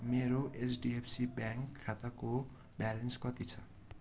मेरो HDFC bank खाताको balance कति छ